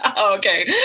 Okay